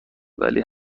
ولی